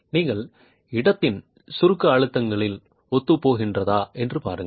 நீங்கள் இடத்தின் சுருக்க அழுத்தங்களில் ஒத்துப் போகின்றதா என்று பாருங்கள்